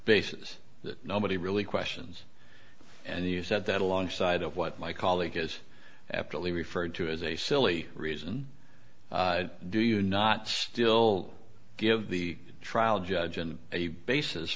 that nobody really questions and you said that alongside of what my colleague is aptly referred to as a silly reason do you not still give the trial judge and a basis